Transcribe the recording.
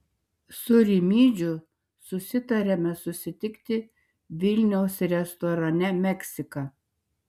su rimydžiu susitariame susitikti vilniaus restorane meksika